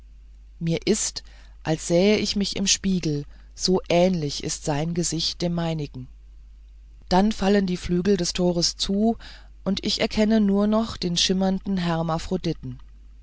mir ist als sähe ich mich im spiegel so ähnlich ist sein gesicht dem meinigen dann fallen die flügel des tores zu und ich erkenne nur noch den schimmernden